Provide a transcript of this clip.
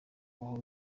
ibaho